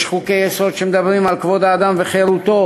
יש חוקי-יסוד שמדברים על כבוד האדם וחירותו,